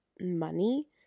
money